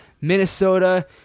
Minnesota